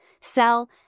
sell